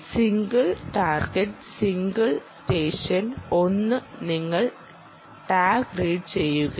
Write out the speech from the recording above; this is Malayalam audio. സിംഗിൾ ടാർഗെറ്റ് സിംഗിൾ സ്റ്റെഷൻ 1 നിങ്ങൾ ടാഗ് റീഡ് ചെയ്യുകയും